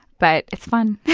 but it's fun.